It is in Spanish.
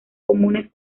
comunes